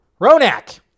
Ronak